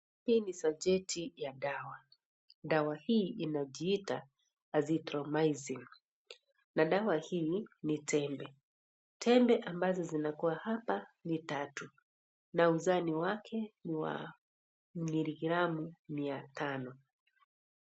Hii ni sacheti ya dawa. Dawa hii inajiita Azithromycin na dawa hii ni tembe. Tembe ambazo zinakua hapa ni tatu na uzani wake ni wa miligramu mia tano.